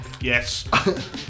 Yes